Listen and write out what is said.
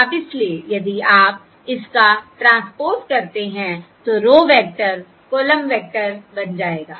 अब इसलिए यदि आप इसका ट्रांसपोज़ करते हैं तो रो वेक्टर कॉलम वेक्टर बन जाएगा